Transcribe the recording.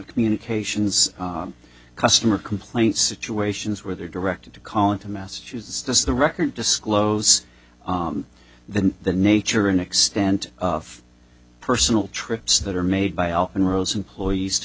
communications customer complaint situations where they're directed to collin to massachusetts this is the record disclose then the nature and extent of personal trips that are made by al and rose employees to